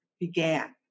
began